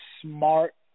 smart